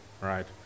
Right